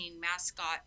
mascot